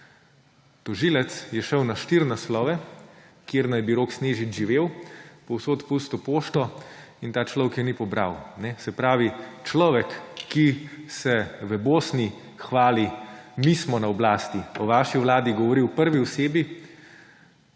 Tožilec je šel na štiri naslove, kjer naj bi Rok Snežič živel, povsod pustil pošto in ta človek je ni pobral. Se pravi, človek, ki se v Bosni hvali, »mi smo na oblasti«, o vaši vladi govori v prvi osebi,